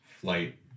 flight